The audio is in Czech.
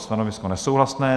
Stanovisko nesouhlasné.